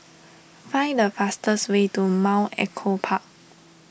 find the fastest way to Mount Echo Park